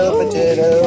potato